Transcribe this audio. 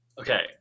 okay